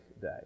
day